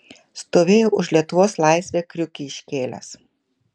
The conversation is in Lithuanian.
stovėjau už lietuvos laisvę kriukį iškėlęs